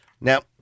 Now